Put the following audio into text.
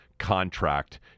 contract